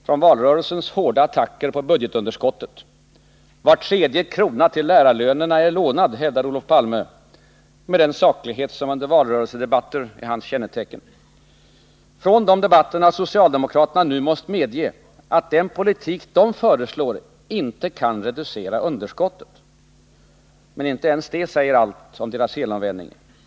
Från valrörelsens hårda attacker på budgetunderskottet — var tredje krona till lärarlönerna är lånad, hävdade Olof Palme med den saklighet som under valrörelsedebatter är hans kännetecken — har socialdemokraterna nu måst medge, att den politik de föreslår inte kan reducera underskottet. Men inte ens detta säger allt om deras helomvändning.